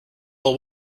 will